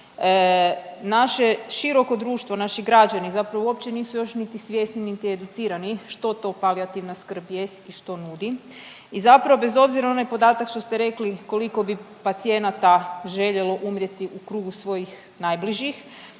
Naše široko društvo, naši građani zapravo uopće nisu još niti svjesni, niti educirani što to palijativna skrb jest i što nudi i zapravo bez obzira na onaj podatak što ste rekli koliko bi pacijenata željelo umrijeti u krugu svojih najbližih,